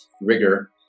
rigor